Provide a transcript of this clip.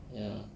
ya